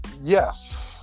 Yes